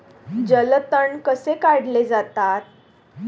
जलतण कसे काढले जातात?